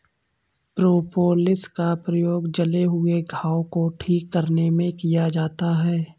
propolis का प्रयोग जले हुए घाव को ठीक करने में किया जाता है